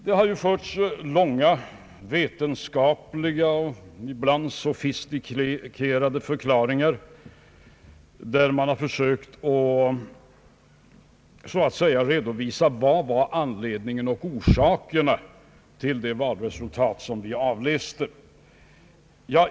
Det har på sina håll i den allmänna debatten om valutgången getts långa vetenskapliga och ibland sofistikerade förklaringar av orsakerna till att valresultatet blev det som vi kunnat avläsa.